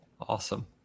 awesome